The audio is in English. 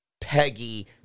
Peggy